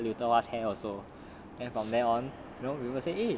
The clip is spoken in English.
maybe you can cut 刘德华 hair also then from then on